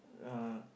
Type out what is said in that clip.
uh